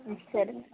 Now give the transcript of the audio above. ಹ್ಞೂ ಸರಿ